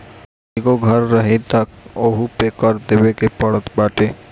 कईगो घर रही तअ ओहू पे कर देवे के पड़त बाटे